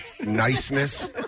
niceness